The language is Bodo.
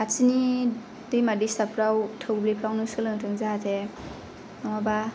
खाथिनि दैमा दैसाफ्राव थौब्लेफ्रावनो सोलोंथों जाहाथे नङाबा